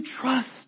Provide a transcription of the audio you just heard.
trust